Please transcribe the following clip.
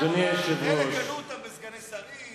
אלה קנו אותם בסגני שרים,